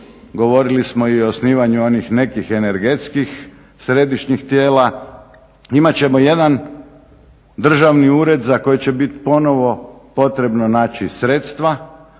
Govorili smo i o osnivanju onih nekih energetskih središnjih tijela. Imat ćemo jedan državni ured za koji će bit ponovno potrebno naći sredstva,